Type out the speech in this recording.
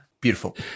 Beautiful